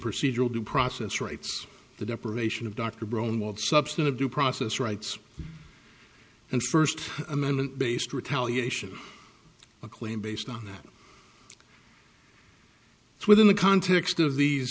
procedural due process rights the deprivation of dr braun was substantive due process rights and first amendment based retaliation a claim based on that within the context of these